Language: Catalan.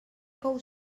cou